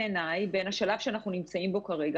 אני רוצה להזכיר לך,